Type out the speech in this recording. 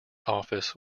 office